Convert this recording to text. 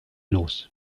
los